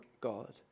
God